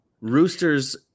roosters